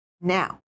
now